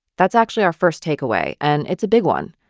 that's actually our first takeaway, and it's a big one.